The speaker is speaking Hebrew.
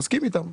מסכים איתם.